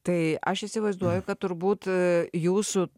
tai aš įsivaizduoju kad turbūt a jūsų